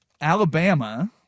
Alabama